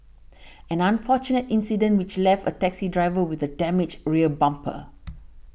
an unfortunate incident which left a taxi driver with a damaged rear bumper